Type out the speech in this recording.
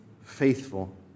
faithful